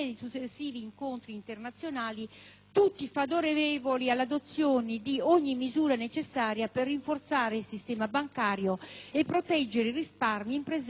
tutti favorevoli all'adozione di ogni misura necessaria per rinforzare il sistema bancario e proteggere i risparmi in presenza di crisi finanziarie in atto.